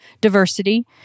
diversity